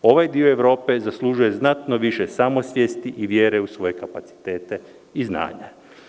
Ovaj dio Evrope zaslužuje znatno više samosvjesti i vjere u svoje kapacitete i znanja.